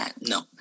no